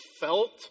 felt